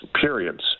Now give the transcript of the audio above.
periods